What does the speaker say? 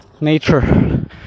Nature